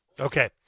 Okay